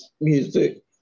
music